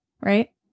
right